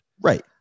Right